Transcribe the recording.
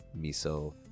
miso